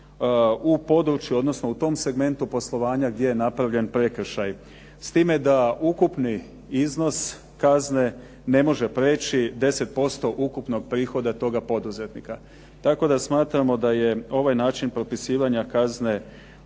u području odnosno u tom segmentu poslovanja gdje je napravljen prekršaj, s time da ukupni iznos kazne ne može prijeći 10% ukupnog prihoda toga poduzetnika, tako da smatramo da je ovaj način propisivanja kazne